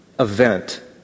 Event